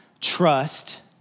trust